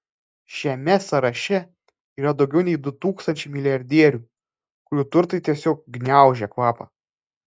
šiame sąraše yra daugiau nei du tūkstančiai milijardierių kurių turtai tiesiog gniaužia kvapą